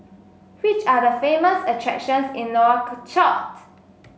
which are the famous attractions in Nouakchott